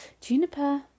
juniper